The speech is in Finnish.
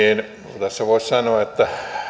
tässä voisi sanoa että